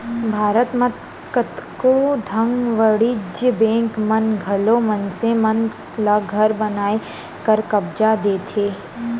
भारत म कतको ठन वाणिज्य बेंक मन घलौ मनसे मन ल घर बनाए बर करजा देथे